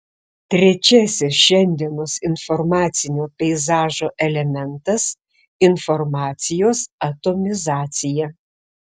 trečiasis šiandienos informacinio peizažo elementas informacijos atomizacija